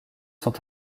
sont